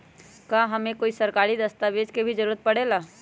का हमे कोई सरकारी दस्तावेज के भी जरूरत परे ला?